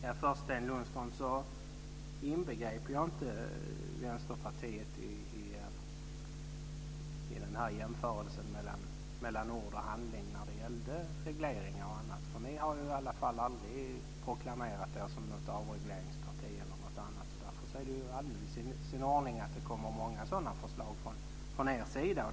Fru talman! Sten Lundström! Jag inbegriper inte Vänsterpartiet i jämförelsen mellan ord och handling när det gäller regleringar och annat. Vänsterpartiet har i alla fall aldrig proklamerat sig som något avregleringsparti, och därför är det alldeles i sin ordning att det kommer många sådana förslag från Vänsterpartiets sida.